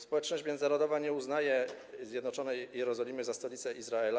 Społeczność międzynarodowa nie uznaje zjednoczonej Jerozolimy za stolicę Izraela.